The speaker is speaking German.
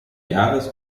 jahres